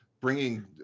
bringing